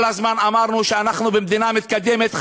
כל הזמן אמרנו שאנחנו במדינה מתקדמת,